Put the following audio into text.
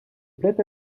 plait